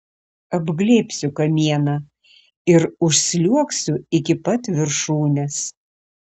apglėbsiu kamieną ir užsliuogsiu iki pat viršūnės